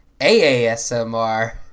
AASMR